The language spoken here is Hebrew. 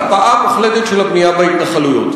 הקפאה מוחלטת של הבנייה בהתנחלויות.